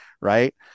right